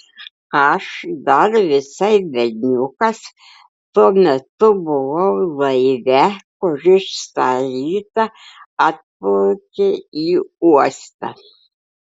aš dar visai berniukas tuo metu buvau laive kuris tą rytą atplaukė į uostą